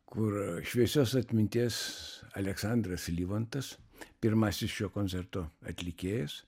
kur šviesios atminties aleksandras livantas pirmasis šio koncerto atlikėjas